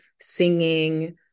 singing